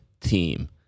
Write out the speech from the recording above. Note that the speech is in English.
team